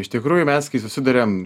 iš tikrųjų mes kai susiduriam